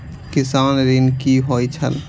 किसान ऋण की होय छल?